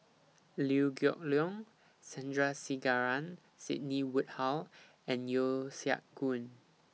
Liew Geok Leong Sandrasegaran Sidney Woodhull and Yeo Siak Goon